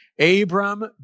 Abram